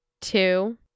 two